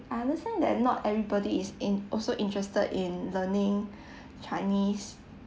I understand that not everybody is in~ also interested in learning chinese